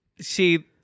See